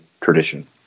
tradition